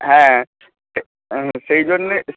হ্যাঁ সেই জন্যেই